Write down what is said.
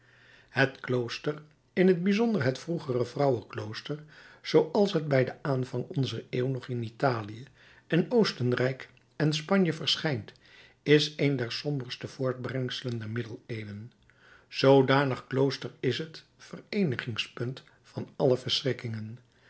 het klooster in t bijzonder het vroegere vrouwenklooster zooals het bij den aanvang onzer eeuw nog in italië en oostenrijk en spanje verschijnt is een der somberste voortbrengselen der middeleeuwen zoodanig klooster is het vereenigingspunt van alle